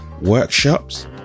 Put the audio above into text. workshops